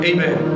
Amen